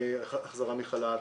החזרה מחל"ת,